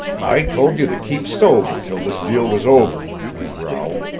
i told you to keep sober till this deal was over, he growled.